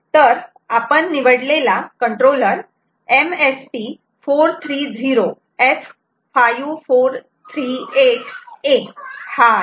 तर आपण निवडलेला कंट्रोलर MSP 430 F 5438A हा आहे